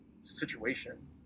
situation